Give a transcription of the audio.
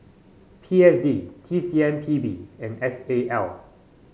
P S D T C M P B and S A L